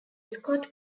scott